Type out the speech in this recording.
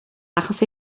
achos